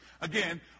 again